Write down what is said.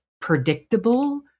predictable